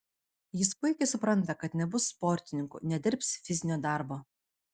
jis puikiai supranta kad nebus sportininku nedirbs fizinio darbo